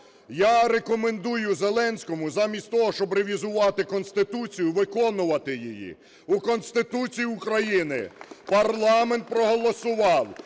Я рекомендую Зеленському замість того, щоб ревізувати Конституцію, виконувати її… У Конституції України парламент проголосував